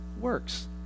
works